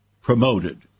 promoted